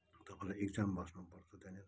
तपाईँले इक्जाम बस्नुपर्छ त्यहाँनिर